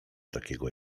takiego